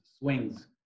Swings